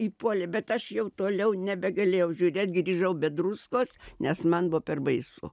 įpuolė bet aš jau toliau nebegalėjau žiūrėt grįžau be druskos nes man buvo per baisu